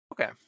Okay